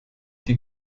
die